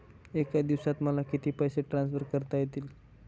एका दिवसात मला किती पैसे ट्रान्सफर करता येतील?